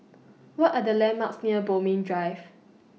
What Are The landmarks near Bodmin Drive